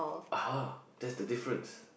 ah that's the difference